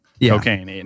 Cocaine